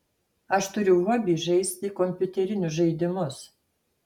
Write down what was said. aš turiu hobį žaisti kompiuterinius žaidimus